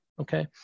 Okay